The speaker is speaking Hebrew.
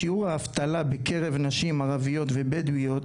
שיעור האבטלה בקרב נשים ערביות ובדואיות